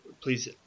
please